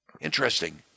Interesting